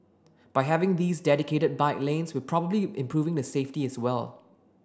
by having these dedicated bike lanes we're probably improving the safety as well